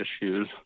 issues